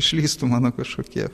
išlįstų mano kažkokie